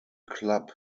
club